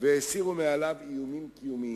והסירו מעליו איומים קיומיים.